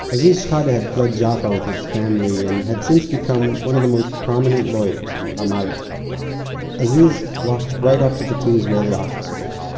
aziz shehadeh had fled jaffa with his family and had since become one of the most prominent lawyers in ramallah aziz walked right up to the two israeli officers,